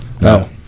No